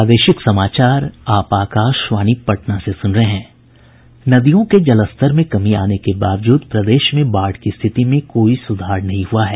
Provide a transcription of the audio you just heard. नदियों के जलस्तर में कमी आने के बावजूद प्रदेश में बाढ़ की स्थिति में कोई सुधार नहीं हुआ है